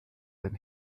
than